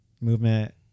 movement